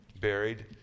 buried